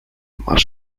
masz